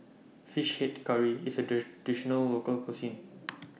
Fish Head Curry IS A Traditional Local Cuisine